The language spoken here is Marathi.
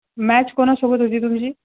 मॅच कोणासोबत होती तुमची